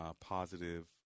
positive